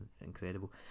incredible